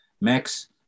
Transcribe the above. max